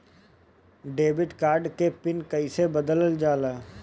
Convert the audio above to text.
Debit card के pin कईसे बदलल जाला?